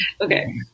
Okay